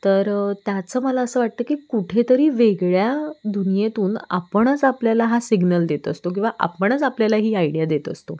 तर त्याचं मला असं वाटतं की कुठेतरी वेगळ्या दुनियेतून आपणच आपल्याला हा सिग्नल देत असतो किंवा आपणच आपल्याला ही आयडिया देत असतो